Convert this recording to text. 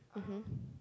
mmhmm